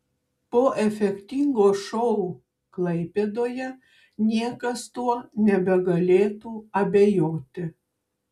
po efektingo šou klaipėdoje niekas tuo nebegalėtų abejoti